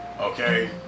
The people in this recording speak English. okay